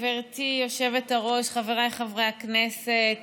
גברתי היושבת-ראש, חבריי חברי הכנסת,